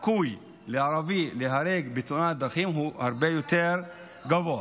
הסיכוי לערבי להיהרג בתאונת דרכים הוא הרבה יותר גבוה.